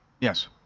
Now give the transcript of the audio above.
Yes